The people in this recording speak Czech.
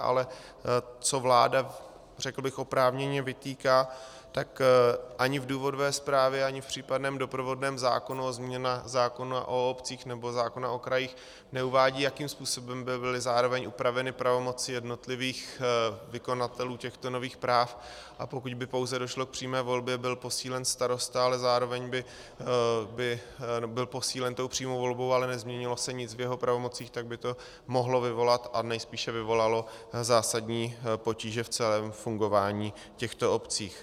Ale co vláda, řekl bych oprávněně, vytýká, tak ani v důvodové zprávě, ani v případném doprovodném zákonu o změnách zákona o obcích nebo zákona o krajích neuvádí, jakým způsobem by byli zároveň upraveny pravomoci jednotlivých vykonavatelů těchto nových práv, a pokud by pouze došlo k přímé volbě, byl posílen starosta, ale zároveň by byl posílen přímou volbou, ale nezměnilo se nic v jeho pravomocích, tak by to mohlo vyvolat, a nejspíše vyvolalo zásadní potíže v celém fungování v těchto obcích.